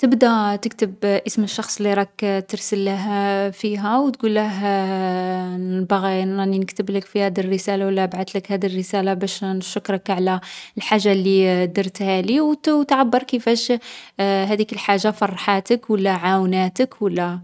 تبدا تكتب اسم الشخص لي راك ترسله فيها و تقوله باغي نـ راني نكتب لك في هاذ الرسالة و لا بعثتلك هاذ الرسالة باش نشكرك على الحاجة لي درتهالي. و تـ تعبّر كيفاش هاذيك الحاجة فرحاتك و لا عاوناتك ولا.